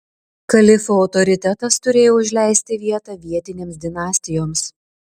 kalifų autoritetas turėjo užleisti vietą vietinėms dinastijoms